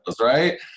right